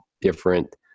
different